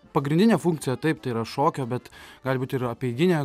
pagrindinė funkcija taip tai yra šokio bet gali būt ir apeiginė